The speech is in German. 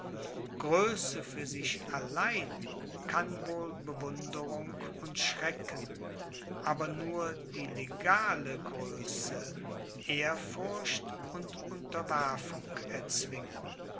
für sich allein kann wohl bewunderung und schrecken aber nur die legale größe ehrfurcht und unterwerfung erzwingen